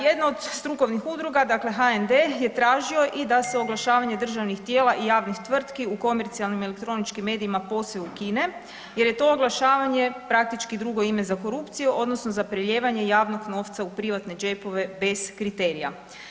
Jedna od strukovnih udruga, dakle HND je tražio i da se oglašavanje državnih tijela i javnih tvrtki u komercijalnim elektroničkim medijima posve ukine jer je to oglašavanje praktički drugo ime za korupciju odnosno za prelijevanje javnog novca u privatne džepove bez kriterija.